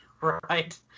Right